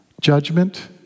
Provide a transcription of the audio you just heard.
judgment